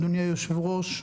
אדוני היושב-ראש,